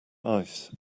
ice